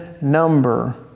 number